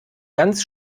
ganz